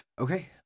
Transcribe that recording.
Okay